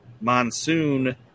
Monsoon